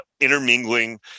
intermingling